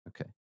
Okay